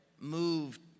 moved